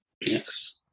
Yes